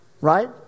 right